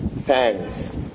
thanks